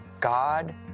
God